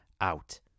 out